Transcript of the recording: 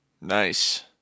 Nice